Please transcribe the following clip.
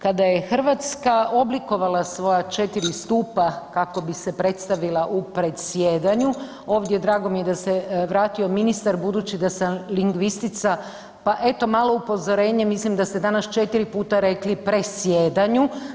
Kada je Hrvatska oblikovala svoja četiri stupa kako bi se predstavila u predsjedanju, ovdje je drago mi je da se vrati ministar budući da sam lingvistica pa eto malo upozorenje, mislim da ste danas četiri puta rekli presjedanju.